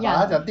ya